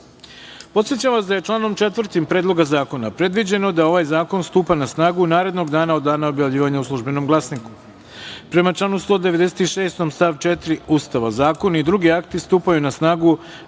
načelu. Podsećam vas da je članom 4. Predloga zakona previđeno da ovaj zakon stupa na snagu narednog dana od dana objavljivanja u „Službenom glasniku“.Prema članu 196. stav 4. Ustava zakon i drugi akti stupaju na snagu